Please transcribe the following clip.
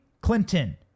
Clinton